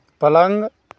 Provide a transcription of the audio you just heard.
पलंग